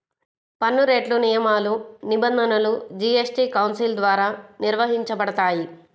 పన్నురేట్లు, నియమాలు, నిబంధనలు జీఎస్టీ కౌన్సిల్ ద్వారా నిర్వహించబడతాయి